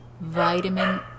Vitamin